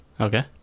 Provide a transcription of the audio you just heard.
Okay